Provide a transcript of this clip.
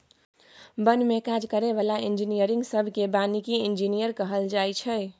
बन में काज करै बला इंजीनियरिंग सब केँ बानिकी इंजीनियर कहल जाइ छै